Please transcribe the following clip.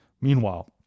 Meanwhile